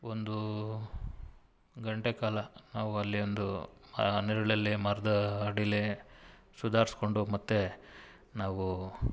ಒಂದೂ ಗಂಟೆ ಕಾಲ ನಾವಲ್ಲಿ ಒಂದು ಆ ನೆರಳಲ್ಲಿ ಮರದ ಅಡೀಲೇ ಸುಧಾರ್ಸ್ಕೊಂಡು ಮತ್ತೆ ನಾವು